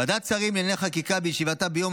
ועדת השרים לענייני חקיקה בישיבתה ביום